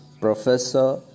Professor